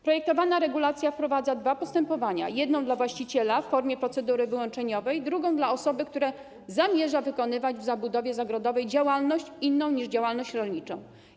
Projektowana regulacja wprowadza dwa postępowania: jedno dla właściciela w formie procedury wyłączeniowej, drugie dla osoby, która zamierza wykonywać w zabudowie zagrodowej działalność inną niż działalność rolnicza.